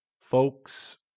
folks